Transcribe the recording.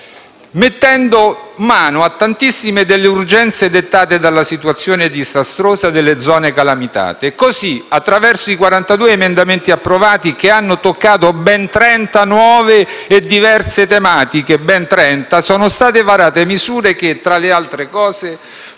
mettendo mano a tantissime delle urgenze dettate dalla situazione disastrosa delle zone calamitate. E così, attraverso i 42 emendamenti approvati che hanno toccato ben 30 - ripeto: 30 - nuove e diverse tematiche, sono state varate misure che, tra le altre cose,